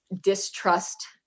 distrust